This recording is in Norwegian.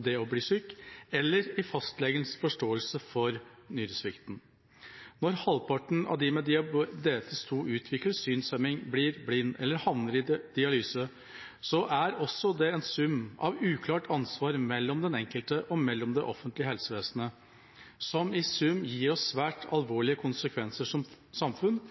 det å bli syk, eller i fastlegens forståelse for nyresvikten. Når halvparten av dem med diabetes type 2 utvikler synshemning, blir blind eller havner i dialyse, er også det en sum av uklart ansvar mellom den enkelte og det offentlige helsevesen, og som i sum fører til svært alvorlige konsekvenser for oss som samfunn